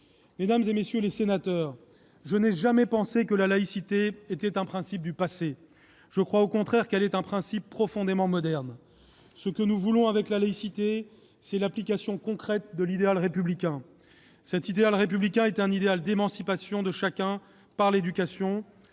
Mesdames, messieurs les sénateurs, je n'ai jamais pensé que la laïcité était un principe du passé. Je crois au contraire qu'elle est un principe profondément moderne. Ce que nous voulons avec la laïcité, c'est l'application concrète de l'idéal républicain. Cet idéal républicain est un idéal d'émancipation de chacun par l'éducation,